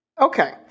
Okay